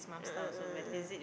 a'ah a'ah a'ah